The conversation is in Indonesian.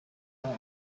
yang